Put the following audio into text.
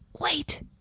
Wait